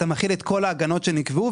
אתה מחיל את כל ההגנות שנקבעו,